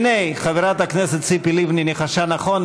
הנה, חברת הכנסת ציפי לבני ניחשה נכון.